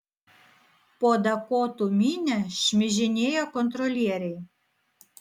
po dakotų minią šmižinėjo kontrolieriai